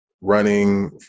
running